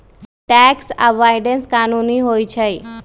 tax avoidance कानूनी होइ छइ